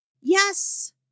Yes